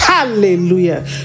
Hallelujah